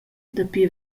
dapi